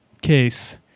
case